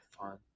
fun